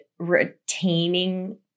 retaining